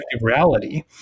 reality